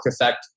effect